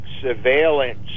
surveillance